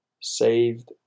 saved